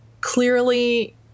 clearly